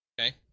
Okay